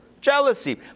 Jealousy